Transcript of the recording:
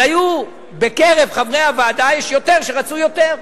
אבל היו, בקרב חברי הוועדה יש יותר שרצו יותר.